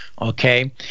okay